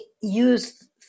use